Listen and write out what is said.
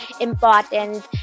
important